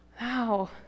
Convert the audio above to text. wow